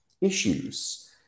issues